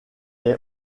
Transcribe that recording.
est